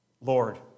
Lord